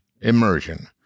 Immersion